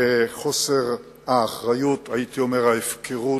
וחוסר האחריות, הייתי אומר ההפקרות,